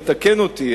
יתקן אותי,